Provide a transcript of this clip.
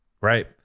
right